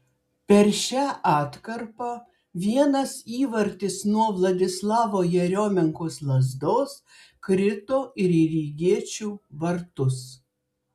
per šią atkarpą vienas įvartis nuo vladislavo jeriomenkos lazdos krito ir į rygiečių vartus